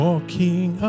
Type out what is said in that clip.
Walking